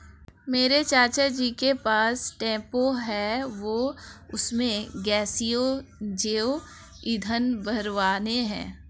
मेरे चाचा जी के पास टेंपो है वह उसमें गैसीय जैव ईंधन भरवाने हैं